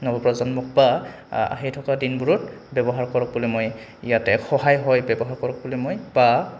নৱপ্ৰজন্মক পৰা আহি থকা দিনবোৰত ব্যৱহাৰ কৰক বুলি মই ইয়াতে সহায় হয় ব্যৱহাৰ কৰক বুলি মই বা